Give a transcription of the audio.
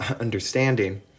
understanding